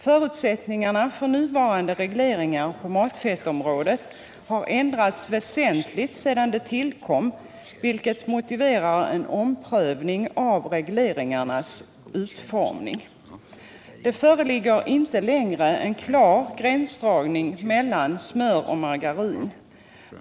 Förutsättningarna för nuvarande regleringar på matfettsområdet har ändrats väsentligt sedan de tillkom, vilket motiverar en omprövning av regleringarnas utformning. Det föreligger inte längre en klar gränsdragning mellan smör och margarin.